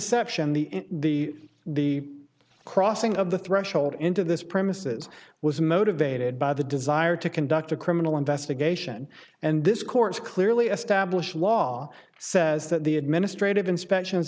inception the the the crossing of the threshold into this premises was motivated by the desire to conduct a criminal investigation and this court's clearly established law says that the administrative inspections